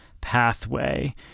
pathway